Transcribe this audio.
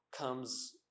comes